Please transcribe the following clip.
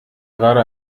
gerade